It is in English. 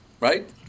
Right